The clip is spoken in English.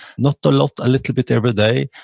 not a lot, a little bit every day.